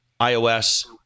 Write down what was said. iOS